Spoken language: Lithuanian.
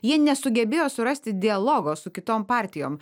jie nesugebėjo surasti dialogo su kitom partijom